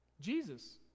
Jesus